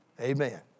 Amen